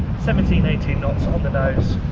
seventeen eighteen knots on the nose,